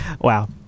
Wow